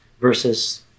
versus